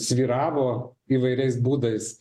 svyravo įvairiais būdais